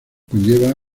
conlleva